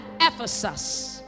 Ephesus